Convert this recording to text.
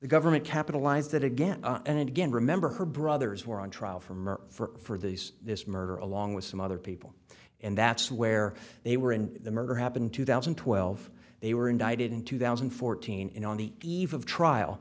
government capitalized that again and again remember her brothers were on trial for murder for these this murder along with some other people and that's where they were and the murder happened two thousand and twelve they were indicted in two thousand and fourteen